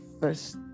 first